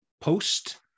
Post